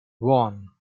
one